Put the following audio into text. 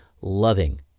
Loving